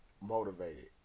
motivated